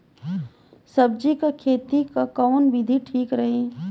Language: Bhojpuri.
सब्जी क खेती कऊन विधि ठीक रही?